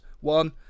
One